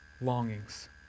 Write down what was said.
longings